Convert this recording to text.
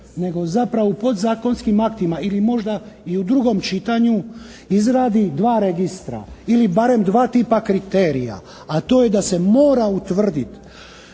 nego zapravo u podzakonskim aktima ili možda i u drugom čitanju izradi dva registra ili barem dva tipa kriterija, a to je da se mora utvrditi